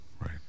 right